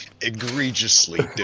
Egregiously